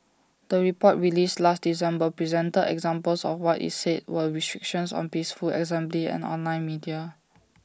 the report released last December presented examples of what IT said were restrictions on peaceful assembly and online media